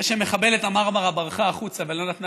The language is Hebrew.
זה שמחבלת המרמרה ברחה החוצה ולא נתנה